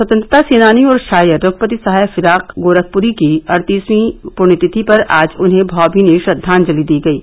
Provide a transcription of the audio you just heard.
स्वतंत्रता सेनानी और शायर रघुपति सहाय उर्फ फिराक गोरखपुरी की अड़तीसवीं पुण्यतिथि पर आज उन्हें भावमीनी श्रद्वांजलि दी गयी